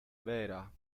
vera